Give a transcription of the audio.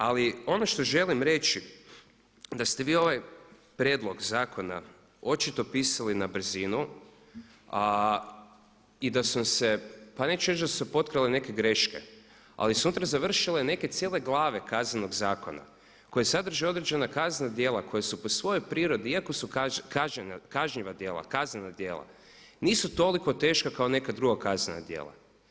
Ali ono što želim reći je da ste vi ovaj prijedlog zakona očito pisali na brzinu i da su vam se pa neću reći potkrale neke greške ali su unutra završile neke cijele glave Kaznenog zakona koje sadrže određena kaznena djela koja su po svojoj prirodi iako su kaznena djela nisu toliko teška kao neka druga kaznena djela.